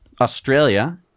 Australia